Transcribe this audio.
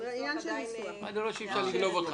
אני לא רואה למה לא?